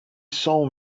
saw